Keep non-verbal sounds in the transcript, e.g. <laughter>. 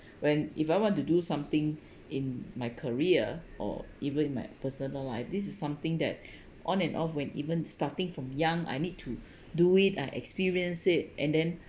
when if I want to do something in my career or even my personal life this is something that <breath> on and off when even starting from young I need to <breath> do it ah experience it and then